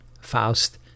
Faust